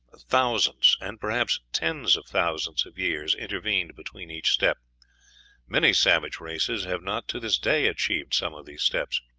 thousands, and perhaps tens of thousands, of years intervened between each step many savage races have not to this day achieved some of these steps.